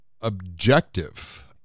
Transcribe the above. objective